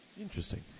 Interesting